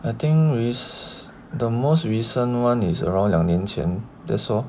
I think recent the most recent one is around 两年前 that's all